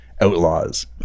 outlaws